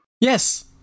Yes